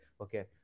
Okay